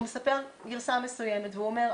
הוא מספר גרסה מסוימת והוא אומר,